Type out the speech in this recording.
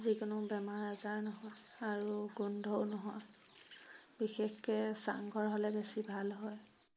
যিকোনো বেমাৰ আজাৰ নহয় আৰু গোন্ধও নহয় বিশেষকৈ চাংঘৰ হ'লে বেছি ভাল হয়